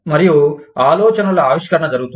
మరియు ఆలోచనల ఆవిష్కరణ జరుగుతుంది